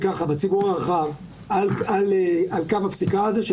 את כל ההבחנות.